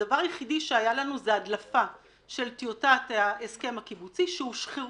הדבר היחידי שהיה לנו זה הדלפה של טיוטת ההסכם הקיבוצי שהולבנו